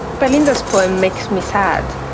belinda's poem makes me sad.